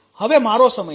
હવે મારો સમય છે